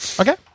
Okay